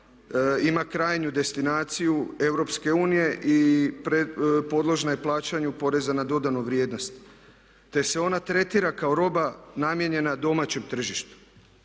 ima krajnju destinaciju EU i podložna je plaćanju poreza na dodanu vrijednost, te se ona tretira kao roba namijenjena domaćem tržištu.